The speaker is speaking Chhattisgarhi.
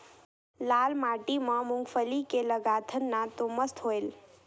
लाल माटी म मुंगफली के लगाथन न तो मस्त होयल?